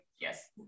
Yes